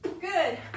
good